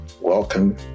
Welcome